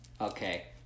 Okay